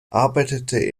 arbeitete